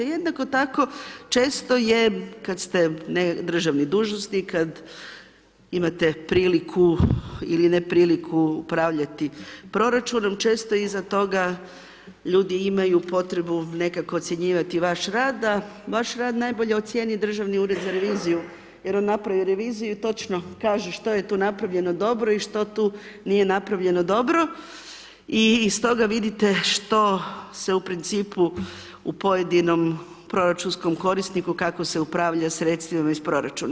Jednako tako često je, kad ste državni dužnosnik, kad imate priliku ili nepriliku upravljati proračunom, često iza toga ljudi imaju potrebu nekako ocjenjivati vaš rad, a vaš rad najbolje ocijeni Državni ured za reviziju, jer on napravi reviziju i točno kaže što je tu napravljeno dobro, i što tu nije napravljeno dobro, i iz toga vidite što se u principu u pojedinom proračunskom korisniku, kako se upravlja sredstvima iz proračuna.